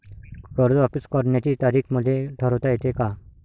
कर्ज वापिस करण्याची तारीख मले ठरवता येते का?